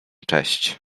cześć